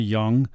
Young